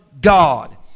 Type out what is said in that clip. God